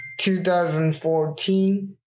2014